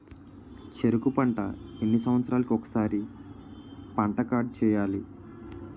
చెరుకు పంట ఎన్ని సంవత్సరాలకి ఒక్కసారి పంట కార్డ్ చెయ్యాలి?